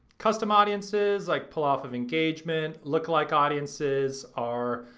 custom audiences like pull off of engagement. lookalike audiences are